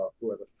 whoever